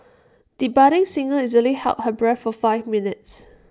the budding singer easily held her breath for five minutes